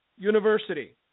University